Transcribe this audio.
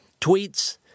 tweets